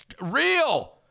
real